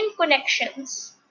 connections